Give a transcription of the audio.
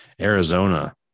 Arizona